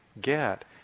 get